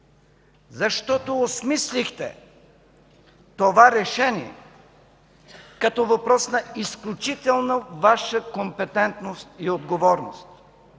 Защото осмислихте това решение като въпрос на изключително Ваша компетентност и отговорност.